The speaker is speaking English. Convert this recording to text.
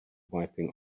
wiping